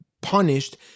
punished